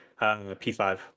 P5